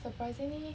surprisingly